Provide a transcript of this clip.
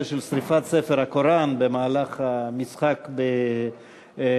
של שרפת ספר הקוראן במהלך המשחק בסח'נין.